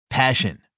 Passion